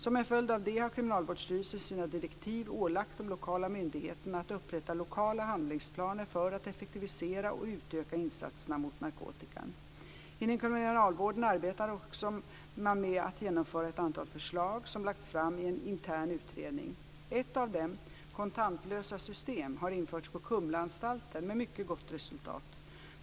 Som en följd av det har Kriminalvårdsstyrelsen i sina direktiv ålagt de lokala myndigheterna att upprätta lokala handlingsplaner för att effektivisera och utöka insatserna mot narkotikan. Inom kriminalvården arbetar man också med att genomföra ett antal förslag som lagts fram i en intern utredning. Ett av dem - kontantlösa system - har införts på Kumlaanstalten med mycket gott resultat.